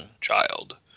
child